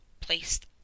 placed